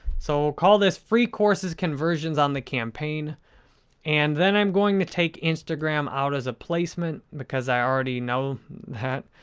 so, we'll call this free courses conversions on the campaign and then i'm going to take instagram out as placement, because i already know that.